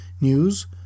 news